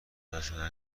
ازشون